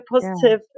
positive